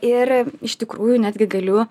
ir iš tikrųjų netgi galiu